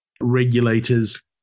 regulators